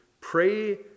pray